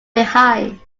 behind